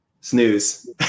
snooze